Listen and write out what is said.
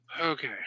Okay